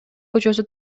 көчөсү